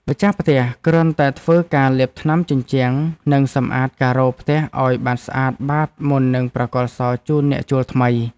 ម្ចាស់ផ្ទះគ្រាន់តែធ្វើការលាបថ្នាំជញ្ជាំងនិងសម្អាតការ៉ូផ្ទះឱ្យបានស្អាតបាតមុននឹងប្រគល់សោជូនអ្នកជួលថ្មី។